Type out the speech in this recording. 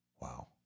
Wow